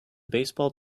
baseball